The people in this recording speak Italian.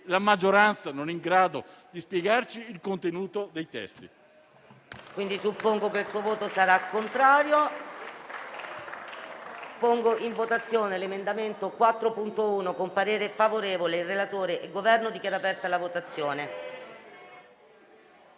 la maggioranza non è in grado di spiegarci il contenuto dei testi.